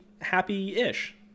happy-ish